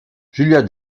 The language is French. julia